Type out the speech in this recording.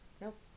Nope